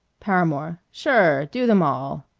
paramore sure. do them all.